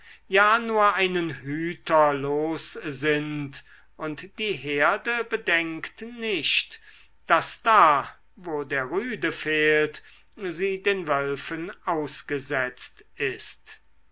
ja nur einen hüter los sind und die herde bedenkt nicht daß da wo der rüde fehlt sie den wölfen ausgesetzt ist